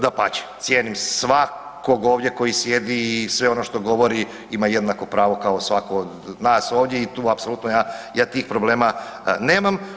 Dapače, cijenim svakog ovdje koji sjedi i sve ono što govori ima jednako pravo kao svatko od nas ovdje i tu apsolutno ja tih problema nemam.